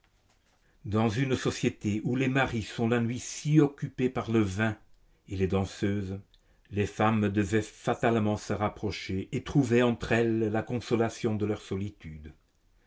dans une société où les maris sont la nuit si occupés par le vin et les danseuses les femmes devaient fatalement se rapprocher et trouver entre elles la consolation de leur solitude